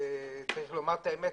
צריך להגיד את האמת,